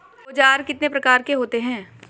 औज़ार कितने प्रकार के होते हैं?